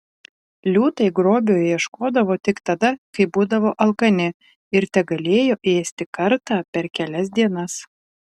liūtai grobio ieškodavo tik tada kai būdavo alkani ir tegalėjo ėsti kartą per kelias dienas